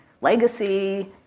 legacy